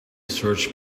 search